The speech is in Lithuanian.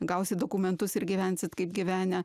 gausit dokumentus ir gyvensit kaip gyvenę